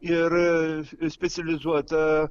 ir specializuota